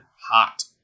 hot